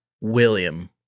William